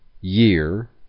year